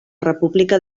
república